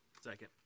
Second